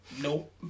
Nope